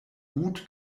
gut